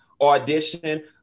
audition